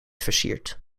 versiert